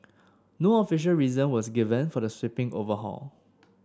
no official reason was given for the sweeping overhaul